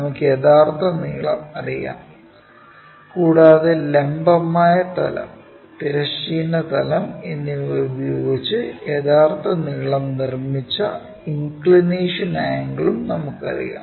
നമുക്ക് യഥാർത്ഥ നീളം അറിയാം കൂടാതെ ലംബമായ തലം തിരശ്ചീന തലം plane എന്നിവ ഉപയോഗിച്ച് യഥാർത്ഥ നീളം നിർമ്മിച്ച ഇൻക്ക്ളിനേഷൻ ആംഗിളും നമുക്കറിയാം